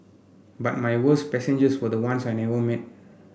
but my worst passengers were the ones I never met